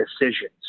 decisions